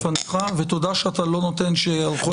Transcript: תודה שאתה לא נותן שיהלכו עליך אימים.